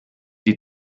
die